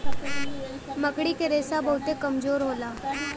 मकड़ी क रेशा बहुते कमजोर होला